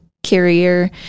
carrier